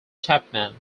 chapman